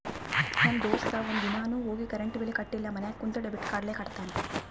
ನಮ್ ದೋಸ್ತ ಒಂದ್ ದಿನಾನು ಹೋಗಿ ಕರೆಂಟ್ ಬಿಲ್ ಕಟ್ಟಿಲ ಮನ್ಯಾಗ ಕುಂತ ಡೆಬಿಟ್ ಕಾರ್ಡ್ಲೇನೆ ಕಟ್ಟತ್ತಾನ್